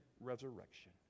resurrection